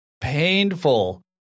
painful